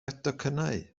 docynnau